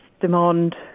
demand